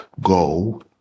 go